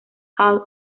hall